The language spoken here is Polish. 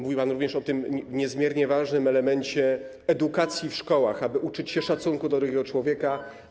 Mówił pan również o tym niezmiernie ważnym elemencie edukacji w szkołach, o tym, aby uczyć się szacunku do drugiego człowieka.